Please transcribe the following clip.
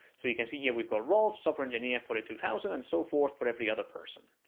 so you can see here, we've got rolf, software engineer, forty two thousand, and so forth for every other person.